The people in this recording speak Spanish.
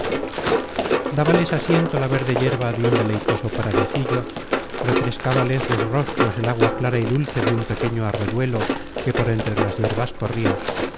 dábales asiento la verde yerba de un deleitoso pradecillo refrescábales los rostros el agua clara y dulce de un pequeño arroyuelo que por entre las yerbas corria